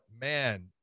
man